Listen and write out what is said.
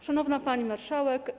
Szanowna Pani Marszałek!